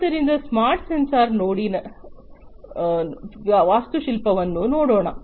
ಆದ್ದರಿಂದ smart sensor ನೋಡಿ ನ ವಾಸ್ತುಶಿಲ್ಪವನ್ನು ನೋಡೋಣ